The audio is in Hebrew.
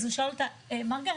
אז הוא שאל אותה: מרגרט,